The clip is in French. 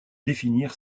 définir